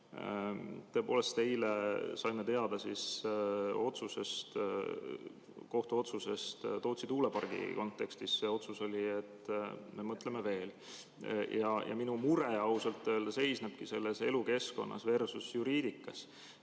Tõepoolest, eile saime teada kohtuotsusest Tootsi tuulepargi kontekstis: see otsus oli, et mõtleme veel. Minu mure ausalt öeldes seisnebki selles elukeskkonnasversusjuriidikas.